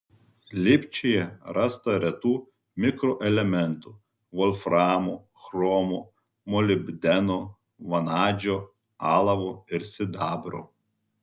lipčiuje rasta retų mikroelementų volframo chromo molibdeno vanadžio alavo ir sidabro